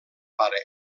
pare